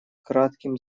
кратким